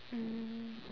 mm